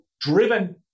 driven